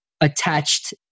attached